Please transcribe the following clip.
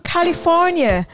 California